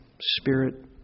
Spirit